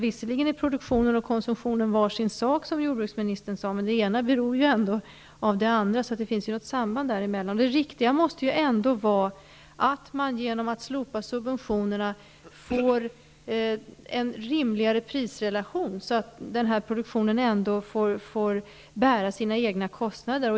Visserligen är produktionen och konsumtionen skilda saker, som jordbruksministern sade, men det ena beror ändå av det andra, så det finns ett samband. Det riktiga måste vara att man genom att slopa subventionerna får en rimligare prisrelation, så att denna produktion får bära sina egna kostnader.